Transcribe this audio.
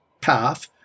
path